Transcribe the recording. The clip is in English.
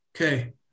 Okay